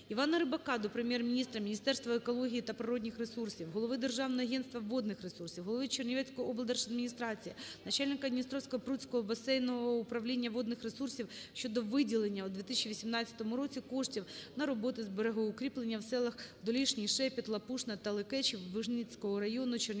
Івана Рибака до Прем'єр-міністра, Міністерства екології та природних ресурсів, голови Державного агентства водних ресурсів, голови Чернівецької облдержадміністрації, начальника Дністровсько-Прутського басейнового управління водних ресурсів щодо виділення у 2018 році коштів на роботи з берегоукріплення в селах Долішній Шепіт, Лопушна таЛекечі Вижницького району Чернівецької